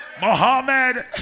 mohammed